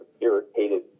irritated